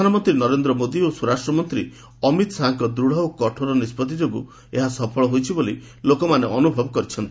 ପ୍ରଧାନମନ୍ତୀ ନରେନ୍ଦ ମୋଦି ଓ ସ୍ୱରାଷ୍ଟ ମନ୍ତୀ ଅମିତ୍ ଶାହାଙ୍କ ଦୃତ୍ ଓ କଠୋର ନିଷ୍ବଉି ଯୋଗୁଁ ଏହା ସଫଳ ହୋଇଛି ବୋଲି ଲୋକମାନେ ଅନୁଭବ କରିଛନ୍ତି